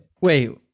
Wait